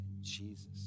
Jesus